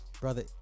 Brother